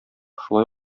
шулай